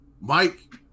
mike